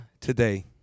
today